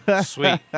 Sweet